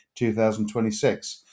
2026